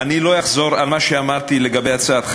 אני לא אחזור על מה שאמרתי לגבי הצעתך